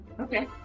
okay